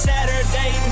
Saturday